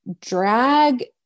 drag